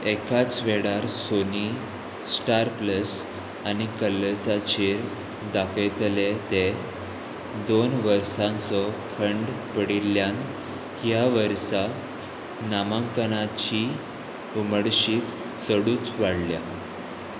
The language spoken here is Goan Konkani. एकाच वेळार सोनी स्टार प्लस आनी कलर्साचेर दाखयतले ते दोन वर्सांचो खंड पडिल्ल्यान ह्या वर्सा नामंकनाची उमळशीक चडूच वाडल्या